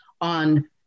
on